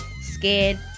Scared